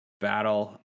battle